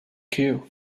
cue